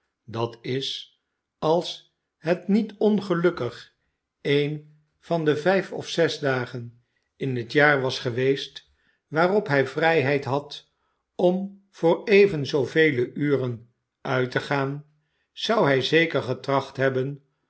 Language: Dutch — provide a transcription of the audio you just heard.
als het met ongelukkig een van de vijf of zes dagen in het iaar was geweest waarop hij vrijheid had om voor even zoovele uren uit te gaan zou hij zeker getracht hebben